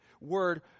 word